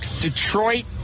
Detroit